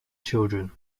children